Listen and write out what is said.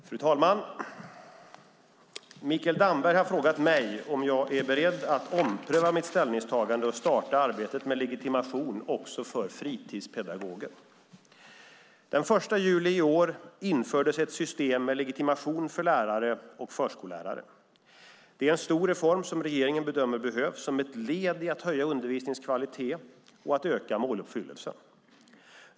Fru talman! Mikael Damberg har frågat mig om jag är beredd att ompröva mitt ställningstagande och starta arbetet med legitimation också för fritidspedagoger. Den 1 juli i år infördes ett system med legitimation för lärare och förskollärare. Det är en stor reform som regeringen bedömer behövs som ett led i att höja undervisningens kvalitet och öka måluppfyllelsen.